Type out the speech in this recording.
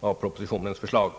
av propositionens förslag.